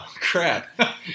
crap